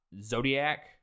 Zodiac